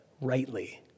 rightly